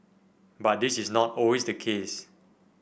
but this is not always the case